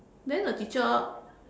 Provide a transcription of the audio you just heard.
then the teacher